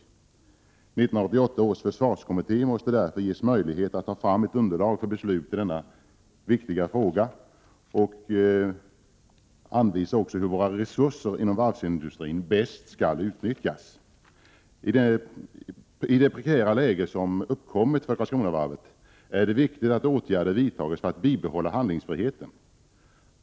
1988 års försvarskommitté måste därför ges möjlighet att ta fram ett underlag för beslut i denna viktiga fråga och även anvisa hur våra resurser inom varvsindustrin bäst skall utnyttjas. I det prekära läge som uppkommit för Karlskronavarvet är det viktigt att åtgärder vidtas för att bibehålla handlingsfriheten.